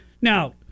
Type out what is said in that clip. Now